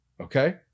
Okay